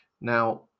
Now